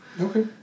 okay